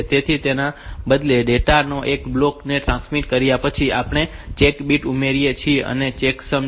તેથી તેના બદલે ડેટા ના એક બ્લોક ને ટ્રાન્સમિટ કર્યા પછી આપણે ચેક બિટ્સ ઉમેરીએ છીએ જે ચેકસમ છે